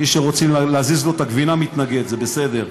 מי שרוצים להזיז לו את הגבינה, מתנגד, זה בסדר.